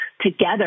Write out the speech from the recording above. together